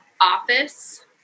office